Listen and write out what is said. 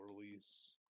release